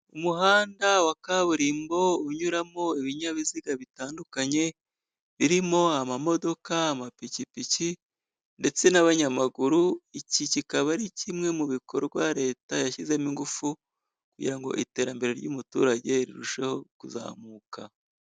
Umuhanda wa kaburimbo unyuramo ibinyabiziga bitandukanye, birimo amamodoka, amapikipiki ndetse n'abanyamaguru. Iki kikaba ari kimwe mu bikorwa Leta yashyizemo ingufu, kugira ngo iterambere ry'umuturage rirusheho kuzamuka.